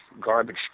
garbage